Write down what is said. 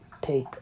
take